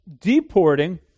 deporting